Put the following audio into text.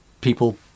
people